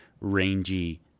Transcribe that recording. rangy